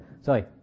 sorry